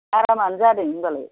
आरामानो जादों होनबालाय